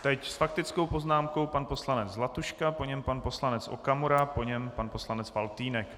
Teď s faktickou poznámkou pan poslanec Zlatuška, po něm pan poslanec Okamura, po něm pan poslanec Faltýnek.